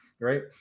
right